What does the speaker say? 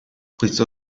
questo